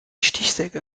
stichsäge